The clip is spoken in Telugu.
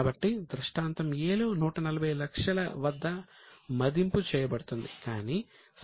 కాబట్టి దృష్టాంతం A లో 140 లక్షల వద్ద మదింపు చేయబడుతుంది